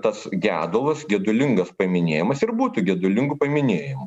tas gedulas gedulingas paminėjimas ir būtų gedulingu paminėjimu